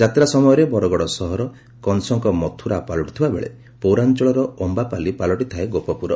ଯାତ୍ରା ସମୟରେ ବରଗଡ଼ ସହର କଂସଙ୍କ ମତୁରା ପାଲଟୁଥିବାବେଳେ ପୌରାଞ୍ଅଳର ଅମ୍ଘାପାଲି ପାଲଟିଥାଏ ଗୋପପୁର